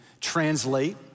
translate